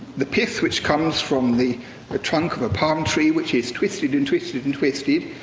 the pith which comes from the ah trunk of a palm tree which is twisted and twisted and twisted,